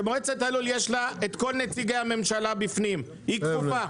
למועצת הלול יש כל נציגי הממשלה בפנים, היא כפופה.